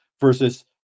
versus